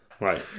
right